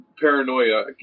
paranoia